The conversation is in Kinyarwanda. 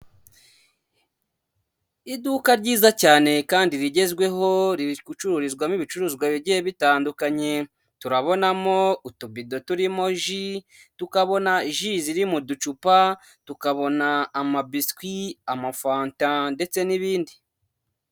Iduka ryiza cyane kandi rigezweho ricururizwamo ibicuruzwa bigiye bitandukanye. Turabonamo utubido turimo ji, tukabona ji ziri mu ducupa, tukabona amabisikwi, amafanta ndetse n'ibindi.